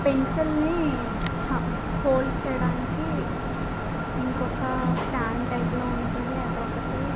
పెన్సిల్ని hold చేయడానికి ఇంకొక stand టైపులో ఉంటుంది అది ఒకటి